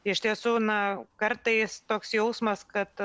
iš tiesų na kartais toks jausmas kad